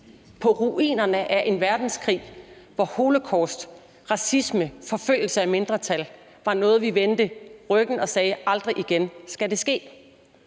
på ruinerne efter en verdenskrig, hvor holocaust, racisme og forfølgelse af mindretal var noget, vi vendte ryggen til, og til hvilket vi sagde: Aldrig igen skal det ske.